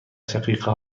شقیقه